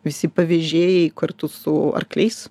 visi pavėžėjai kartu su arkliais